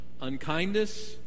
unkindness